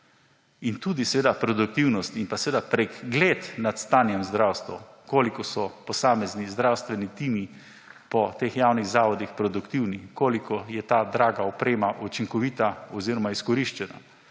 in tudi seveda produktivnost in pa pregled nad stanjem v zdravstvu, koliko so posamezni zdravstveni timi po teh javnih zavodih produktivni, koliko je ta draga oprema učinkovita oziroma izkoriščena.